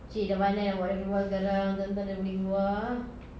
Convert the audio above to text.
!chey! dah pandai nak bawa dia keluar sekarang mentang-mentang dah boleh keluar